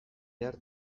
behar